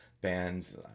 bands